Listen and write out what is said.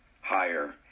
higher